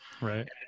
right